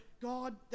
God